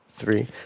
three